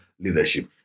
leadership